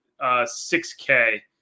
6K